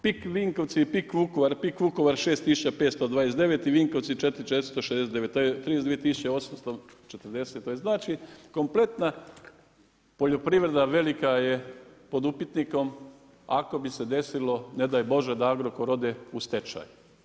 PIK Vinkovci i PIK Vukovar, PIK Vukovar 6 529 i Vinkovci 4 469, to je znači kompletna poljoprivreda, velika je pod upitnik ako bi se desilo, ne daj bože da Agrokor ode u stečaj.